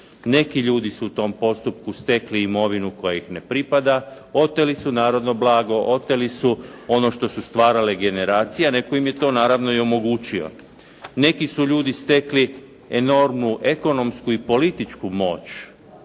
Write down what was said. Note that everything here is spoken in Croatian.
Neki ljudi su u tom postupku stekli imovinu koja ih ne pripada. Oteli su narodno blago, oteli su ono što su stvarale generacije, a netko im je to naravno i omogućio. Neki su ljudi stekli enormnu ekonomsku i političku moć